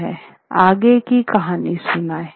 " "आगे की कहानी सुनाएं"